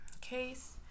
case